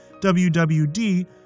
WWD